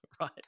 Right